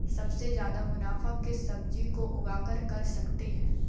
सबसे ज्यादा मुनाफा किस सब्जी को उगाकर कर सकते हैं?